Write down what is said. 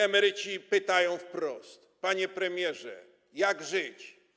Emeryci pytają wprost: Panie premierze, jak żyć?